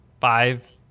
five